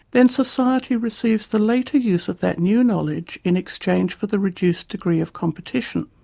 then society receives the later use of that new knowledge in exchange for the reduced degree of competition.